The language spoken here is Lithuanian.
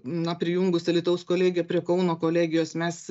na prijungus alytaus kolegiją prie kauno kolegijos mes